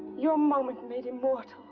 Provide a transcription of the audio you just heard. your moment made immortal!